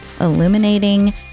illuminating